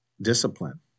discipline